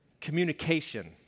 Communication